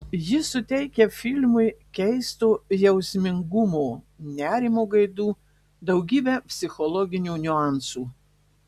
ji suteikia filmui keisto jausmingumo nerimo gaidų daugybę psichologinių niuansų